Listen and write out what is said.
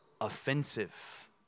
offensive